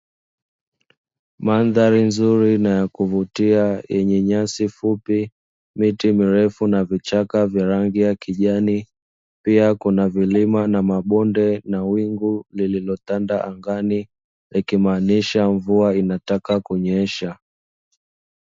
Madhari nzuri na ya kuvutia yenye nyasi fupi, miti mirefu na vichaka vya rangi ya kijani, pia kuna vilima na mabonde na wingu lililotanda angani likimaanisha mvua inataka kunyesha.